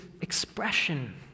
expression